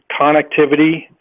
connectivity